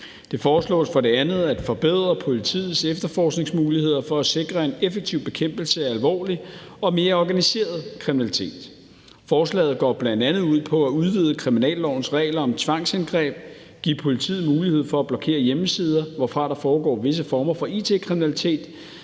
Det foreslås for det andet at forbedre politiets efterforskningsmuligheder for at sikre en effektiv bekæmpelse af alvorlig og mere organiseret kriminalitet. Forslaget går bl.a. ud på at udvide kriminallovens regler om tvangsindgreb, give politiet mulighed for at blokere hjemmesider, hvorfra der foregår visse former for it-kriminalitet,